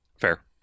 Fair